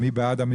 מי בעד?